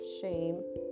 shame